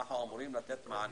אנו אמורים לתת מענים.